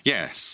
Yes